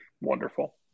Wonderful